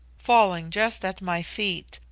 falling just at my feet,